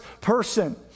person